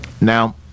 Now